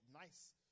nice